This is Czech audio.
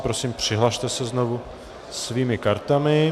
Prosím přihlaste se znovu svými kartami.